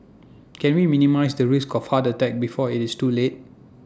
can we minimise the risk of heart attack before IT is too late